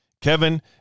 Kevin